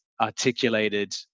articulated